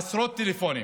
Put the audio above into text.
עשרות טלפונים